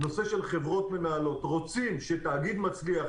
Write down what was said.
חברות מנהלות: רוצים שתאגיד מצליח,